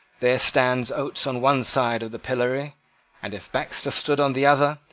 there stands oates on one side of the pillory and, if baxter stood on the other,